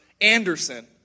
Anderson